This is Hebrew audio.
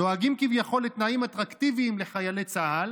דואגים כביכול לתנאים אטרקטיביים לחיילי צה"ל